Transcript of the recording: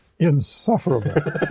Insufferable